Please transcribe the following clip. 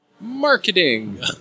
Marketing